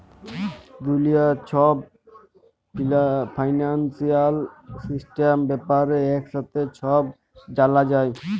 দুলিয়ার ছব financial system ব্যাপারে একসাথে ছব জালা যায়